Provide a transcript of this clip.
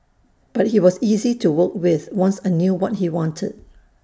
but he was easy to work with once I knew what he wanted